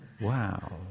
wow